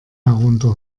herunter